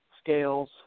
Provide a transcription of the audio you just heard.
scales